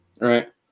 Right